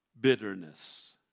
bitterness